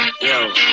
yo